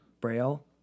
Braille